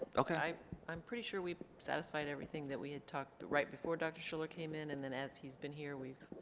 okay i'm pretty sure we've satisfied everything that we had talked right before dr. schiller came in and then as he's been here we've.